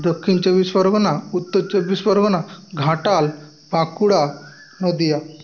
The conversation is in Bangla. দক্ষিণ চব্বিশ পরগণা উত্তর চব্বিশ পরগণা ঘাটাল বাঁকুড়া নদীয়া